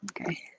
Okay